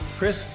Chris